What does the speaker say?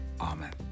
Amen